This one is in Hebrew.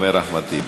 אומר אחמד טיבי.